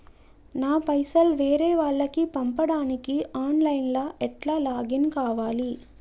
నా పైసల్ వేరే వాళ్లకి పంపడానికి ఆన్ లైన్ లా ఎట్ల లాగిన్ కావాలి?